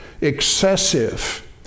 excessive